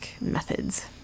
methods